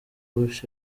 bush